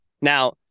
Now